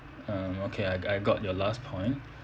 um okay I I got your last point